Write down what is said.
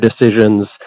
decisions